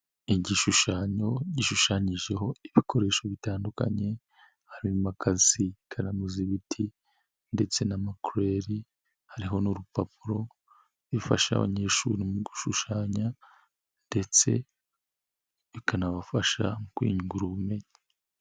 Igishushanyo gishushanyijeho ibikoresho bitandukanye harimo imakasi, ikaramu z'ibiti ndetse n'amakureri, hariho n'urupapuro bifasha abanyeshuri mu gushushanya ndetse bikanabafasha mu kwiyungura ubumenyi.